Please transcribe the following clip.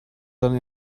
dann